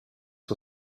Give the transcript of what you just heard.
for